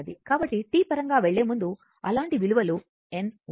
కాబట్టి T పరంగా వెళ్ళే ముందు అలాంటి విలువలు n ఉంటే